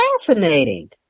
fascinating